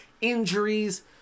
injuries